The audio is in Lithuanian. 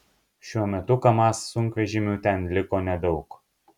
šiuo metu kamaz sunkvežimių ten liko nedaug